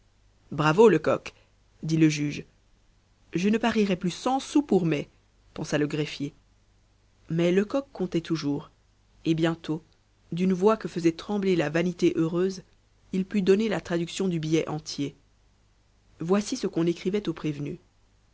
bravo lecoq dit le juge je ne parierais plus cent sous pour mai pensa le greffier mais lecoq comptait toujours et bientôt d'une voix que faisait trembler la vanité heureuse il put donner la traduction du billet entier voici ce qu'on écrivait au prévenu